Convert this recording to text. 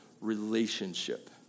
relationship